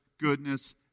goodness